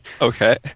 Okay